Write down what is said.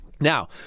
Now